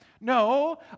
No